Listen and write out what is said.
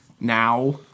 Now